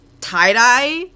tie-dye